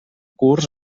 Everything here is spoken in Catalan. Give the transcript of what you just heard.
curs